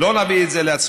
לא נביא את זה להצבעה,